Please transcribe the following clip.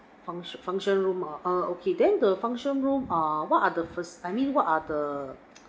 function function room ah err okay then the function room uh what are the first I mean what are the